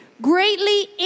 Greatly